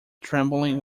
trembling